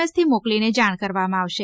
એસથી મોકલીને જણ કરવામાં આવશે